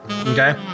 Okay